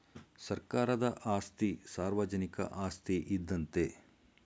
ಸರ್ಕಾರದ ಆಸ್ತಿ ಸಾರ್ವಜನಿಕ ಆಸ್ತಿ ಇದ್ದಂತೆ